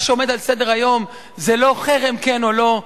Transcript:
מה שעומד על סדר-היום זה לא חרם כן או לא,